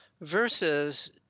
Versus